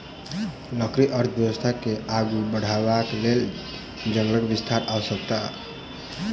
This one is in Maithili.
लकड़ी अर्थव्यवस्था के आगू बढ़यबाक लेल जंगलक विस्तार आवश्यक अछि